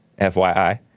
FYI